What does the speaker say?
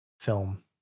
film